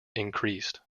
increased